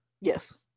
yes